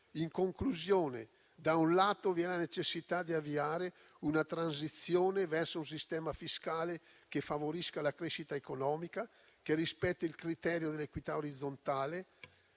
In conclusione, da un lato vi è la necessità di avviare una transizione verso un sistema fiscale che favorisca la crescita economica, che rispetti il criterio dell'equità orizzontale,